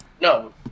No